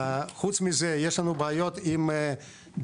חוץ מזה יש לנו בעיות עם דיור,